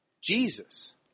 Jesus